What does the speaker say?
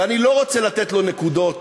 ואני לא רוצה לתת לו נקודות